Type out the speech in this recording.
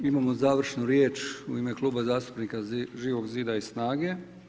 Imamo završnu riječ u ime Kluba zastupnika Živog zida i SNAGE.